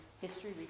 history